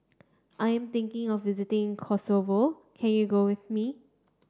I am thinking of visiting Kosovo can you go with me